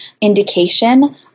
indication